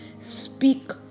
Speak